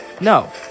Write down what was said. No